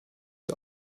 der